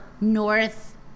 North